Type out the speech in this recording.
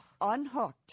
unhooked